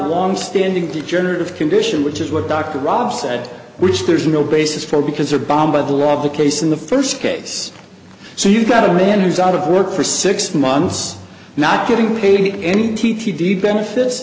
long standing degenerative condition which is what dr rob said which there's no basis for because a bomb by the law of the case in the first case so you've got a man who's out of work for six months not getting paid any t t d benefi